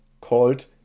called